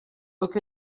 look